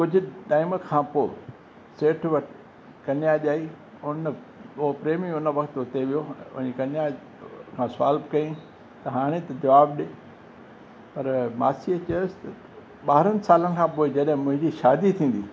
कुझु टाइम खां पोइ सेठ वटि कन्या ॼाई उन पोइ प्रेमी उन वक़्तु हुते वियो वञी कन्या खां सुवाल कयईं त हाणे त जवाबु ॾे पर मासीअ चयोसि त ॿारहंनि सालनि खां पोएं जॾहिं मुंहिंजी शादी थींदी